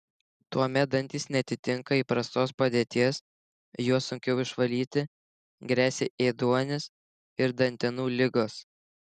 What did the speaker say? tuomet dantys neatitinka įprastos padėties juos sunkiau išvalyti gresia ėduonis ir dantenų ligos